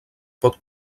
pot